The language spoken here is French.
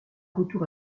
retour